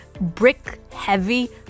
brick-heavy